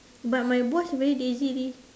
but my boss very lazy leh